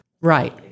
Right